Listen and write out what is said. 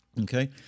Okay